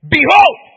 Behold